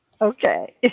Okay